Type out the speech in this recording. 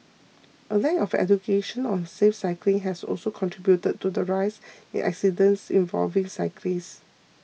a lack of education on safe cycling has also contributed to the rise in accidents involving cyclists